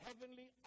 heavenly